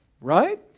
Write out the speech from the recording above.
right